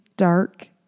dark